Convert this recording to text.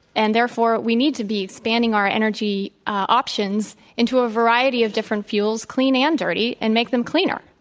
and therefore, we need to be expanding our energy options into a variety of different fuels, clean and dirty, and make them cleaner.